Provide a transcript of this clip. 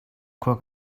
khua